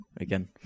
again